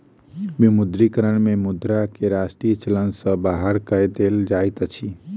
विमुद्रीकरण में मुद्रा के राष्ट्रीय चलन सॅ बाहर कय देल जाइत अछि